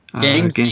Games